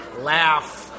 laugh